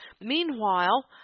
Meanwhile